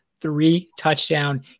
three-touchdown